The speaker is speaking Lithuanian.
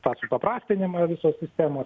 tą supaprastinimą visos sistemos